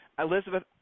Elizabeth